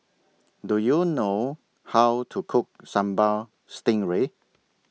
Do YOU know How to Cook Sambal Stingray